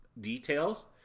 details